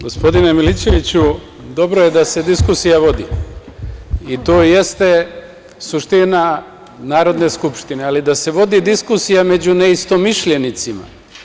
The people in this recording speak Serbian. Gospodine Milićeviću, dobro je da se diskusija vodi i to jeste suština Narodne skupštine, ali da se vodi diskusija među neistomišljenicima.